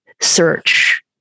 search